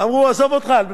החוק עולה מיליארדים.